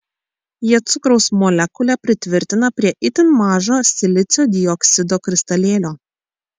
jie cukraus molekulę pritvirtina prie itin mažo silicio dioksido kristalėlio